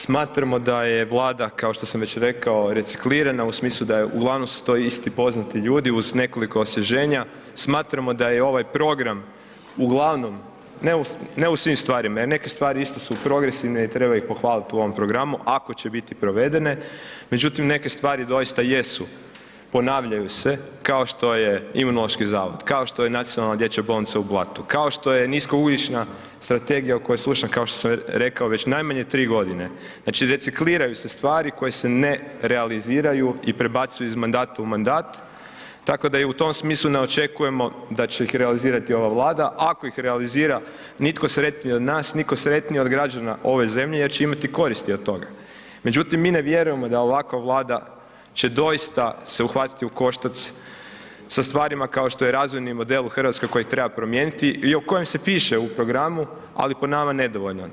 Smatramo da je Vlada kao što sam već rekao, reciklirana u smislu da je uglavnom su to isti poznati ljudi uz nekoliko osvježenja, smatramo da je ovaj program uglavnom, ne u svim stvarima jer neke stvari isto su progresivne i treba ih pohvaliti u ovom programu ako će biti provedene međutim neke stvari doista jesu, ponavljaju se kao što je Imunološki zavod, kao što je Nacionalna dječja bolnica u Blatu, kao što je nisko ugljična strategija o kojoj slušam kao što sam rekao već najmanje 3 g., znači recikliraju se stvari koje se ne realiziraju i prebacuju iz mandata u mandat, tako da i u tom smislu ne očekujemo da će ih realizirati ova Vlada, ako ih realizira, nitko sretniji od nas, nitko sretniji od građana ove zemlje jer će imati koristi od toga međutim mi ne vjerujemo da ovakva Vlada će doista se uhvatiti u koštac sa stvarima kao što je razvojni model Hrvatske koji treba promijeniti i o kojem se piše u programu ali po nama nedovoljno.